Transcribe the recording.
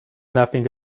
nothing